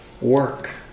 work